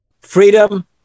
Freedom